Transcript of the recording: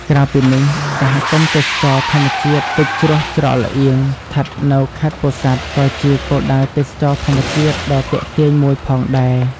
ក្រៅពីនេះ សហគមន៍ទេសចរណ៍ធម្មជាតិទឹកជ្រោះច្រកល្អៀង ស្ថិតនៅខេត្តពោធិ៍សាត់ ក៏ជាគោលដៅទេសចរណ៍ធម្មជាតិដ៏ទាក់ទាញមួយផងដែរ។